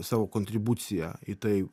savo kontribuciją į tai